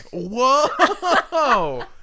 whoa